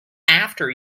after